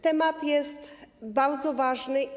Temat jest bardzo ważny.